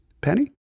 Penny